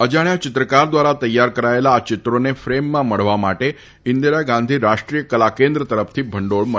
અજાણ્યા ચિત્રકાર દ્વારા તૈયાર કરાયેલા આ ચિત્રોને ફેમમાં મઢવા માટે ઈન્દિરા ગાંધી રાષ્ટ્રીય કલા કેન્દ્ર તરફથી ભંડોળ મબ્યું છે